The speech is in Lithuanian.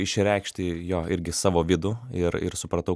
išreikšti jo irgi savo vidų ir ir supratau